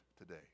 today